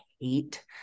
hate